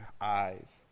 eyes